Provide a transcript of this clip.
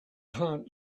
heart